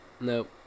Nope